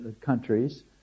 countries